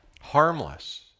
harmless